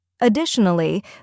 Additionally